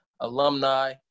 alumni